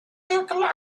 circle